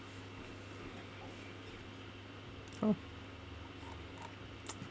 oh